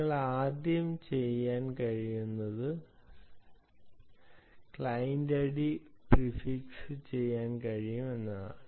നിങ്ങൾക്ക് ആദ്യം ചെയ്യാൻ കഴിയുന്നത് ക്ലയന്റ് ഐഡി പ്രിഫിക്സ് ചെയ്യാൻ കഴിയും എന്നതാണ്